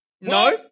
No